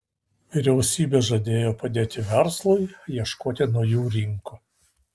vyriausybė žadėjo padėti verslui ieškoti naujų rinkų